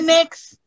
Next